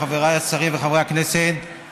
חבריי השרים וחברי הכנסת,